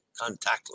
contactless